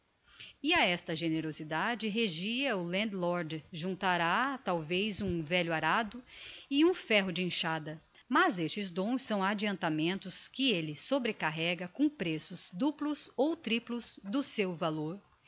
e a esta generosidade regia o land lord juntará talvez um velho arado e um ferro de enxada mas estes dons são adiantamentos que elle sobrecarrega com preços duplos ou triplos do seu valor